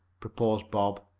proposed bob.